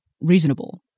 reasonable